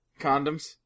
condoms